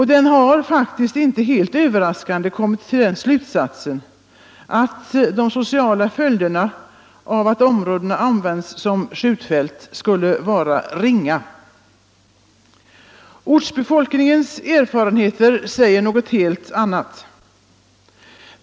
Militären har sedan, faktiskt inte helt överraskande, kommit till den slutsatsen att de sociala följderna av att områdena används som skjutfält skulle bli ringa. Ortsbefolkningens erfarenhet säger något helt annat.